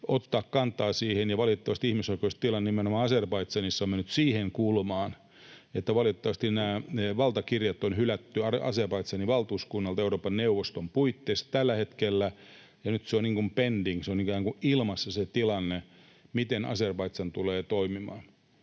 ottaa kantaa siihen. Valitettavasti ihmisoikeustilanne nimenomaan Azerbaidžanissa on mennyt siihen kulmaan, että valitettavasti valtakirjat on hylätty Azerbaidžanin valtuuskunnalta Euroopan neuvoston puitteissa tällä hetkellä, ja nyt se on niin kuin ”pending”, se tilanne on ikään kuin ilmassa, miten Azerbaidžan tulee toimimaan.